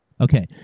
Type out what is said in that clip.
Okay